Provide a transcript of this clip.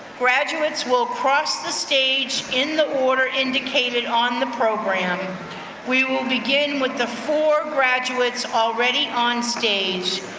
graduates will cross the stage in the order indicated on the program. and we will begin with the four graduates already on stage.